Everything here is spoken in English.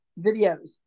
videos